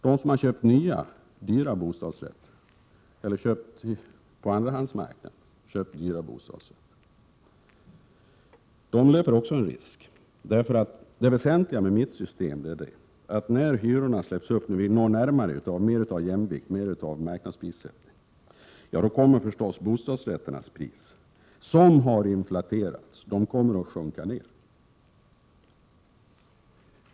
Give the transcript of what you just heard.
De som har köpt nya dyra bostadsrätter eller de som på andrahandsmarknaden har köpt dyra bostadsrätter löper också en risk. Det väsentliga med mitt system är att när hyrorna släpps upp och vi får mer av jämvikt, mer av marknadsprissättning, kommer förstås bostadsrätternas pris, som har inflaterats, att sjunka.